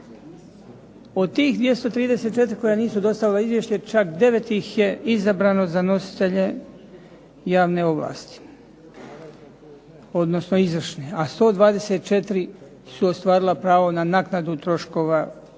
Od tih 234 koja nisu dostavila izvješće čak 9 iz je izabrano za nositelje javne ovlasti, odnosno izvršne, a 124 su ostvarila pravo na naknadu troškova izborne